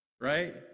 right